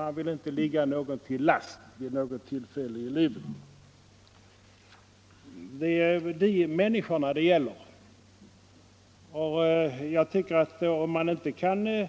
De vill inte ligga någon till last vid något till Jag tycker att man — även om man inte nu kan